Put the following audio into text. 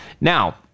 Now